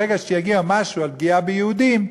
ברגע שיגיע משהו על פגיעה ביהודים,